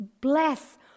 bless